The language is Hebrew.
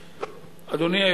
בבקשה, אדוני.